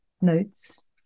notes